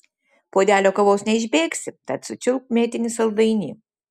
puodelio kavos neišbėgsi tad sučiulpk mėtinį saldainį